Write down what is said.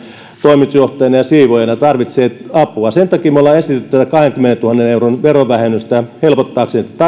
toimitusjohtajana ja siivoojana tarvitsee apua sen takia me olemme esittäneet kahdenkymmenentuhannen euron verovähennystä helpottaaksemme